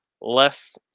less